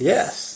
Yes